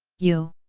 you!